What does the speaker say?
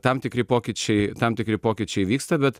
tam tikri pokyčiai tam tikri pokyčiai vyksta bet